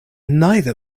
neither